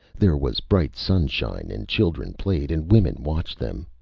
there was bright sunshine, and children played and women watched them.